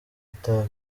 itabi